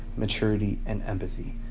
maturity, and empathy.